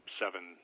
seven